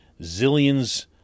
zillions